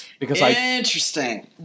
Interesting